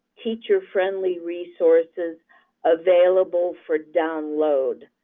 teacher-friendly resources available for download.